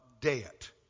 debt